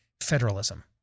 federalism